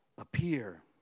appear